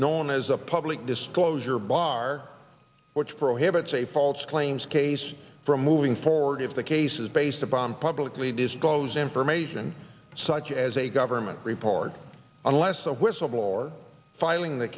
known as a public disclosure bar which prohibits a false claims case from moving forward if the case is based upon publicly disclose information such as a government report unless the whistleblower filing the